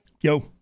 Yo